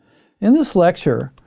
in this lecture,